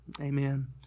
Amen